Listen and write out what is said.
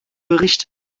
bericht